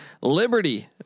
Liberty